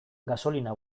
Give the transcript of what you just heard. gasolina